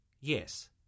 Yes